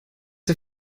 der